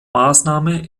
maßnahme